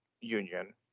Union